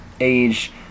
age